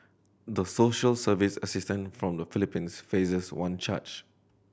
the social service assistant from the Philippines faces one charge